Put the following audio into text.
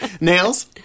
Nails